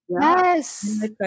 yes